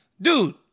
dude